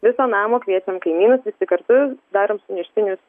viso namo kviečiam kaimynus visi kartu darom suneštinius